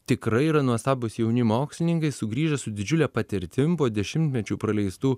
tikrai yra nuostabūs jauni mokslininkai sugrįžę su didžiule patirtim po dešimtmečių praleistų